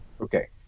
Okay